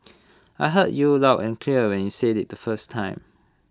I heard you aloud and clear when you said IT the first time